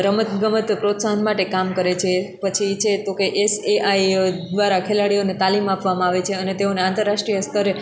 રમતગમત પ્રોત્સાહન માટે કામ કરે છે પછી છે તો કે એસ એ આઈ દ્વારા ખેલાડીઓને તાલીમ આપવામાં આવે છે અને તેઓના આંતરરાષ્ટ્રિય સ્તરે